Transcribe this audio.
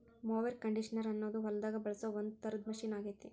mower conditioner ಅನ್ನೋದು ಹೊಲದಾಗ ಬಳಸೋ ಒಂದ್ ತರದ ಮಷೇನ್ ಆಗೇತಿ